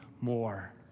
more